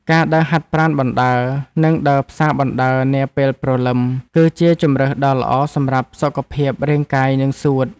ការដើរហាត់ប្រាណបណ្ដើរ និងដើរផ្សារបណ្ដើរនាពេលព្រលឹម គឺជាជម្រើសដ៏ល្អសម្រាប់សុខភាពរាងកាយនិងសួត។